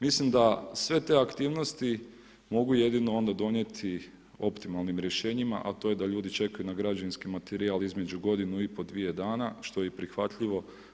Mislim da sve te aktivnosti mogu jedino onda donijeti optimalnim rješenjima a to je da ljudi čekaju na građevinski materijal između godinu i pol, dvije dana, što je i prihvatljivo.